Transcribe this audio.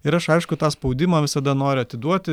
ir aš aišku tą spaudimą visada noriu atiduoti